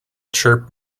chirp